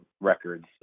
records